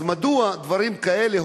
אז מדוע דברים כאלה,